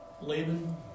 Laban